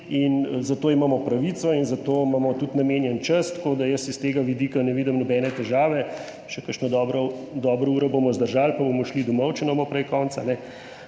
in do tega imamo pravico in zato imamo tudi namenjen čas, tako da jaz iz tega vidika ne vidim nobene težave, še kakšno dobro uro bomo zdržali, pa bomo šli domov, če ne bo prej konec.